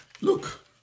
Look